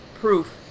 proof